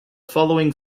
following